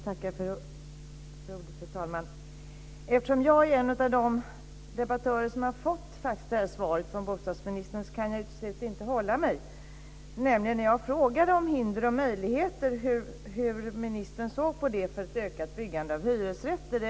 Fru talman! Eftersom jag är en av de debattörer som har fått det här svaret från bostadsministern kan jag till slut inte hålla mig. Jag frågade nämligen hur ministern såg på hinder och möjligheter för ett ökat byggande av hyresrätter.